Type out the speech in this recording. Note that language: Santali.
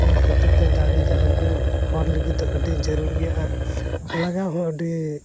ᱚᱱᱟ ᱠᱷᱟᱹᱛᱤᱨ ᱛᱮ ᱫᱟᱨᱮ ᱫᱚ ᱟᱵᱚ ᱦᱚᱲ ᱞᱟᱹᱜᱤᱫ ᱫᱚ ᱟᱹᱰᱤ ᱡᱟᱹᱨᱩᱲ ᱜᱮᱭᱟ ᱟᱨ ᱞᱟᱜᱟᱣ ᱦᱚᱸ ᱟᱹᱰᱤ